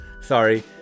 sorry